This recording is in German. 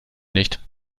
nicht